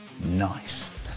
Nice